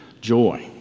joy